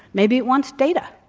maybe it wants data.